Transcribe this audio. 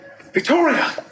Victoria